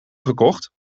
gekocht